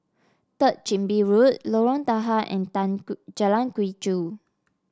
Third Chin Bee Road Lorong Tahar and Tan Jalan Quee Chew